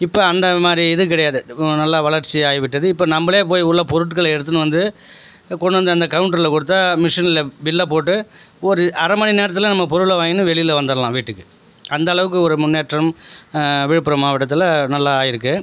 இப்போ அந்த மாதிரி இது கிடையாது இதுவும் நல்ல வளர்ச்சியாகிவிட்டது இப்போ நம்மளே போய் உள்ளே பொருட்களை எடுத்துன்னு வந்து கொண்டாந்து அந்த கவுண்ட்டரில் கொடுத்தா மிஷினில் பில்லைப் போட்டு ஒரு அரைமணி நேரத்தில் நம்ம பொருளை வாங்கின்னு வெளியில் வந்தரலாம் வீட்டுக்கு அந்தளவுக்கு ஒரு முன்னேற்றம் விழுப்புரம் மாவட்டத்தில் நல்லா ஆகியிருக்கு